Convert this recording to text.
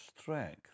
strength